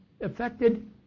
affected